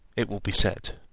it will be said,